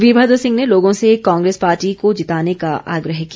वीरभद्र सिंह ने लोगों से कांग्रेस पार्टी को जिताने का आग्रह किया